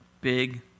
Big